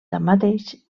tanmateix